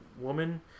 woman